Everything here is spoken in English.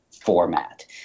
format